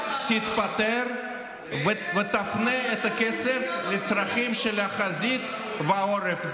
תתפטר ותפנה את הכסף לצרכים של החזית והעורף.